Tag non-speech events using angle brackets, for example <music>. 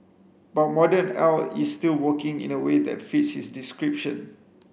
but modern <unintelligible> is still working in a way that fits his description